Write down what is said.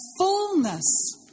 fullness